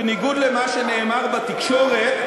בניגוד למה שנאמר בתקשורת,